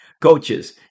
Coaches